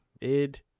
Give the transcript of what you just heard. Id